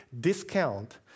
discount